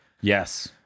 Yes